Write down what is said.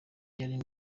yari